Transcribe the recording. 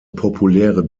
populäre